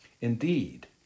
Indeed